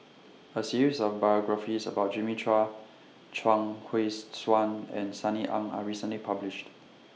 A series of biographies about Jimmy Chua Chuang Hui's Tsuan and Sunny Ang Are recently published